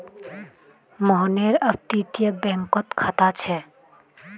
मोहनेर अपततीये बैंकोत खाता छे